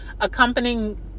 accompanying